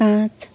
पाँच